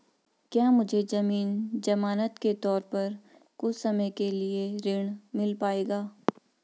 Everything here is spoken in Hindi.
क्या मुझे ज़मीन ज़मानत के तौर पर कुछ समय के लिए ऋण मिल पाएगा?